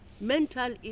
Mental